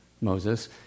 Moses